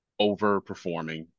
overperforming